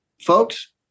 folks